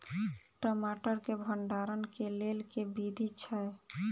टमाटर केँ भण्डारण केँ लेल केँ विधि छैय?